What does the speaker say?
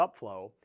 upflow